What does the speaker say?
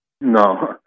No